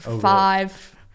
Five